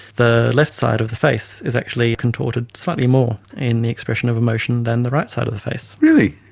the left side of the face is actually contorted slightly more in the expression of emotion than the right side of the face. really!